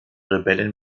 rebellen